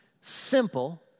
Simple